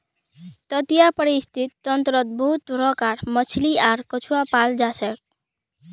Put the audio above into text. तटीय परिस्थितिक तंत्रत बहुत तरह कार मछली आर कछुआ पाल जाछेक